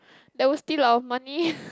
they will steal our money